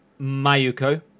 Mayuko